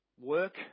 work